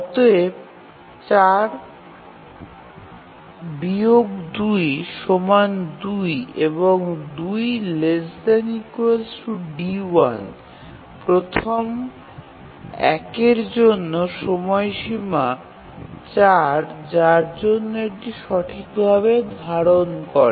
অতএব ৪ ২২ এবং ২ ≤ d1 এক নম্বর টাস্কের জন্য সময় সীমা ৪ যার জন্য এটি সঠিক ভাবে ধারণ করে